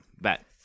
bet